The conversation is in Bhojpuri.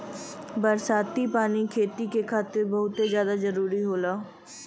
बरसाती पानी खेती के खातिर बहुते जादा जरूरी होला